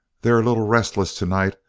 they're a little restless to-night,